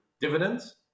dividends